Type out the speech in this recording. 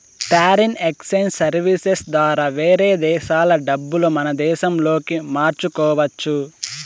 foreign exchange services ద్వారా వేరే దేశాల డబ్బులు మన దేశంలోకి మార్చుకోవచ్చు